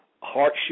hardship